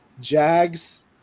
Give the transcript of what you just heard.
Jags